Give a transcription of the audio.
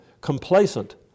complacent